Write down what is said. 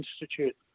institute